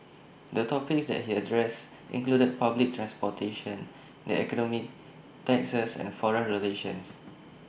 the topics that he addressed included public transportation the economy taxes and foreign relations